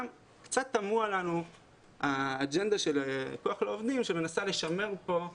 קצת תמוהה האג'נדה של כוח לעובדים שמנסה לשמר כאן